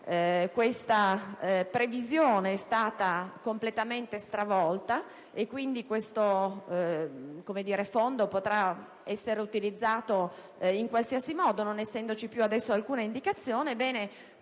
questa previsione è stata completamente stravolta e quindi questo fondo potrà essere utilizzato in qualsiasi modo, non essendoci più alcuna indicazione.